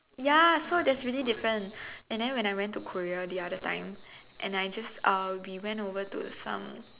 ya so there's really different and then when I went to Korea the other time and I just uh we went over to some